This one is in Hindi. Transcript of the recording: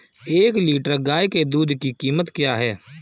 एक लीटर गाय के दूध की कीमत क्या है?